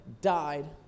died